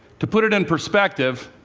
to put it in perspective,